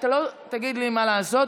אתה לא תגיד לי מה לעשות.